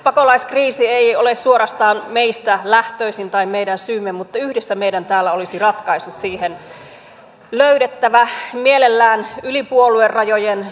pakolaiskriisi ei ole suorastaan meistä lähtöisin tai meidän syymme mutta yhdessä meidän täällä olisi ratkaisut siihen löydettävä mielellään yli puoluerajojen